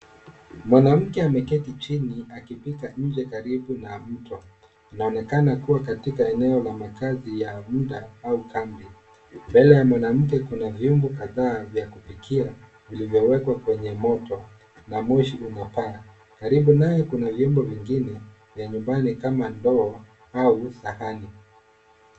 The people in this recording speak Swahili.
Mwanamke ameketi chini akipika nje karibu na na mto. Anaonekana kuwa katika eneo la makazi ya muda au kame. Mbele ya mwanamke kuna vyungu kadhaa vya kupikia vilivyowekwa kwenye moto na moshi unapaa. Katibu naye kuna vyombo vingine vya nyumbani kama ndoo au sahani.